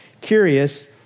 Curious